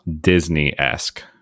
Disney-esque